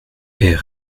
est